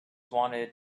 wanted